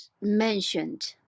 mentioned